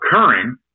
occurring